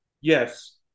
Yes